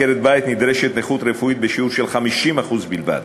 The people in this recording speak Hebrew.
נדרשת נכות רפואית בשיעור של 50% בלבד,